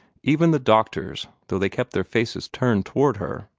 even the doctors, though they kept their faces turned toward her,